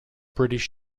british